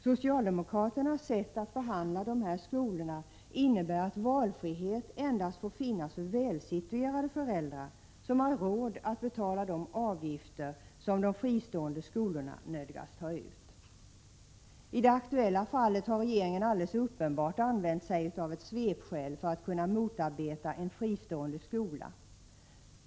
Socialdemokraternas sätt att behandla de här skolorna innebär att valfrihet endast får finnas för välsituerade föräldrar som har råd att betala de avgifter som de fristående skolorna nödgas ta ut. I det aktuella fallet har regeringen alldeles uppenbart använt sig av ett svepskäl för att kunna motarbeta en fristående skola.